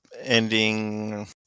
ending